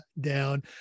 down